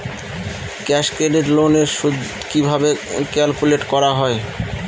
Cash credit loan এর সুদ কিভাবে ক্যালকুলেট করা হয়?